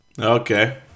Okay